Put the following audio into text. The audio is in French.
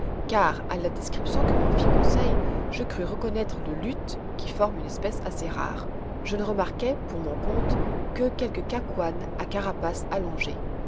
car à la description que m'en fit conseil je crus reconnaître le luth qui forme une espèce assez rare je ne remarquai pour mon compte que quelques cacouannes a carapace allongée